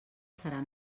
serà